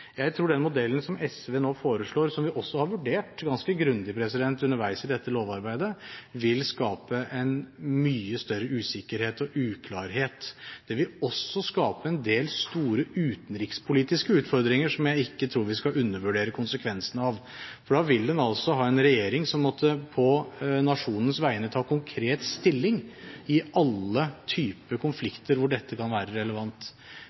Jeg tror den modellen som SV nå foreslår, som vi også har vurdert ganske grundig underveis i dette lovarbeidet, vil skape mye større usikkerhet og uklarhet. Det vil også skape en del store utenrikspolitiske utfordringer som jeg ikke tror vi skal undervurdere konsekvensene av. Da vil en altså ha en regjering som på nasjonens vegne måtte ta konkret stilling i alle typer konflikter hvor dette kan være relevant.